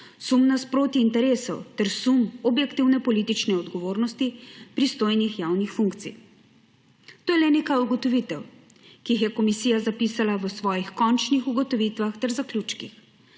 sum nasproti interesov ter sum objektivne politične odgovornosti pristojnih javnih funkcij. To je le nekaj ugotovitev, ki jih je komisija zapisala v svojih končnih ugotovitvah ter zaključkih.